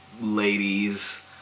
ladies